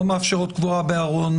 לא מאפשרות קבורה בארון,